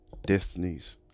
destinies